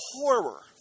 Horror